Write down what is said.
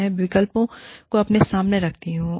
मैं विकल्पों को अपने सामने रखती हूं